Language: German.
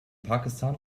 pakistan